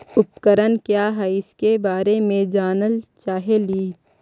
उपकरण क्या है इसके बारे मे जानल चाहेली?